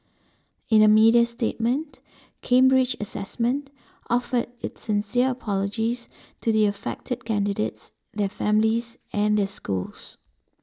in a media statement Cambridge Assessment offered its sincere apologies to the affected candidates their families and their schools